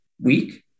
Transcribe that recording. week